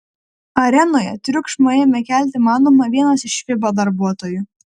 arenoje triukšmą ėmė kelti manoma vienas iš fiba darbuotojų